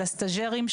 של הסטאז'רים,